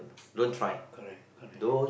correct correct correct